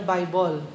Bible